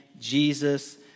Jesus